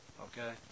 Okay